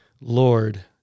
Lord